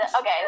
Okay